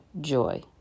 joy